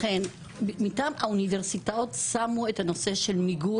מטעם האוניברסיטאות שמו את הנושא של מיגור